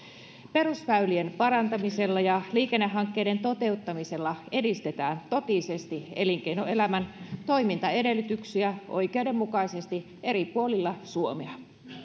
perusväylien parantamisella ja liikennehankkeiden toteuttamisella edistetään totisesti elinkeinoelämän toimintaedellytyksiä oikeudenmukaisesti eri puolilla suomea